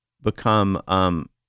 become